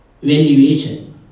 valuation